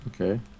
Okay